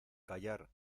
callar